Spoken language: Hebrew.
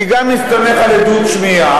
אני גם מסתמך על עדות שמיעה,